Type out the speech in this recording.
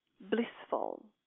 blissful